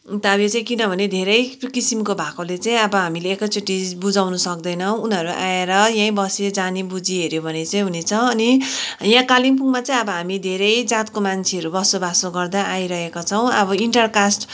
अन्त अहिले चाहिँ किनभने धेरै किसिमको भएकोले चाहिँ अब हामीले एकैचोटि बुझाउन सक्दैनौँ उनीहरू आएर यहीँ बसी जानीबुझी हेऱ्यो भने चाहिँ हुनेछ अनि यहाँ कालिम्पोङमा चाहिँ अब हामी धेरै जातको मान्छेहरू बसोबासो गर्दै आइरहेका छौँ अब इन्टर कास्ट